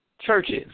churches